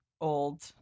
old